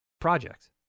project